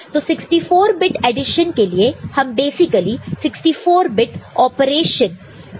तो 64 bit addition के लिए हम बेसीकली 64 बिट ऑपरेशन का इस्तेमाल कर रहे हैं